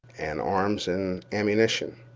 and arms and ammunition.